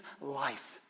life